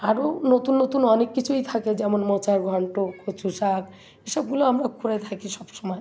আরো নতুন নতুন অনেক কিছুই থাকে যেমন মোচার ঘণ্ট কচু শাক এসবগুলো আমরা করে থাকি সব সময়